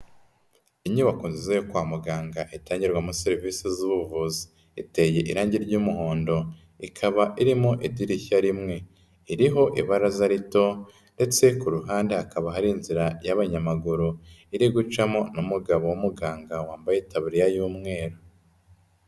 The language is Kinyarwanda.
Inyubako nziza kwa muganga itangirwamo serivisi z'ubuvuzi, iteye irangi ry'umuhondo ikaba irimo idirishya rimwe, iriho ibaraza rito ndetse ku ruhande hakaba hari inzira y'abanyamaguru iri gucamo n'umugabo w'umuganga wambaye itaburiya y'umweru.